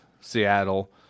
Seattle